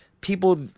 people